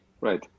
Right